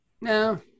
No